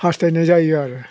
हास्थायनाय जायो आरो